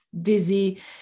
dizzy